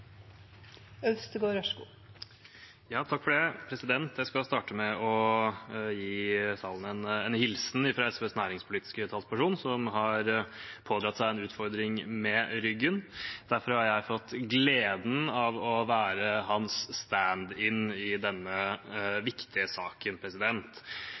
Jeg skal starte med å gi salen en hilsen fra SVs næringspolitiske talsperson, som har pådratt seg en utfordring med ryggen. Derfor har jeg fått gleden av å være hans stand-in i denne